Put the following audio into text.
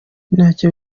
ntacyo